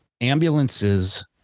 ambulances